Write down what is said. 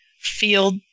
field